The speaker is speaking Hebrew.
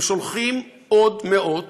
הם שולחים מאות,